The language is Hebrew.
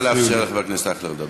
נא לאפשר לחבר הכנסת אייכלר לדבר.